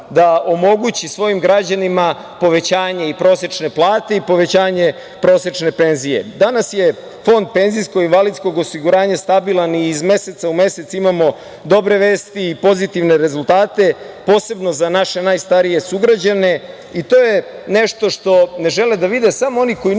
da omogući svojim građanima povećanje i prosečne plate i povećanje prosečne penzije. Danas je Fond penzijsko-invalidskog osiguranja stabilan i iz meseca u mesec imamo dobre vesti i pozitivne rezultate, posebno za naše najstarije sugrađane, i to je nešto što ne žele da vide samo oni koji ništa